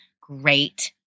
great